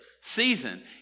season